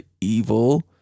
evil